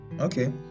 okay